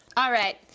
alright,